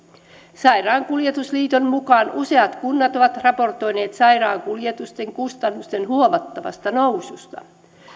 sairaankuljetusliiton mukaan useat kunnat ovat raportoineet sairaankuljetusten kustannusten huomattavasta noususta